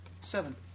seven